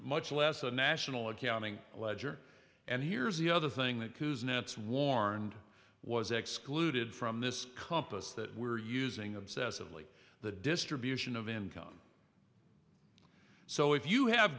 much less a national accounting ledger and here's the other thing that koos nets warned was excluded from this compass that we're using obsessive like the distribution of income so if you have